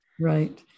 right